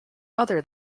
other